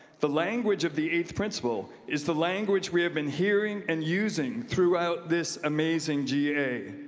the language of the eighth principle is the language we have been hearing and using throughout this amazing ga.